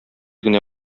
генә